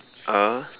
a